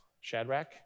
Shadrach